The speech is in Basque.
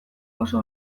oso